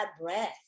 breath